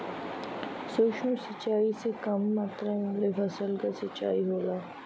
सूक्ष्म सिंचाई से कम मात्रा वाले फसल क सिंचाई होला